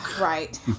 Right